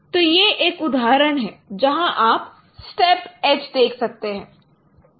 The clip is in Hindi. तो यह एक उदाहरण है जहां आप स्थेप एज देख सकते हैं